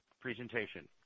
presentation